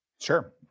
Sure